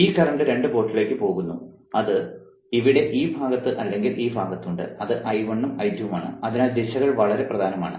ഈ കറന്റ് 2 പോർട്ടിലേക്ക് പോകുന്നു അത് ഇവിടെ ഈ ഭാഗത്ത് അല്ലെങ്കിൽ ഈ ഭാഗത്ത് ഉണ്ട് അത് I1 ഉം I2 ഉം ആണ് അതിനാൽ ദിശകൾ വളരെ പ്രധാനമാണ്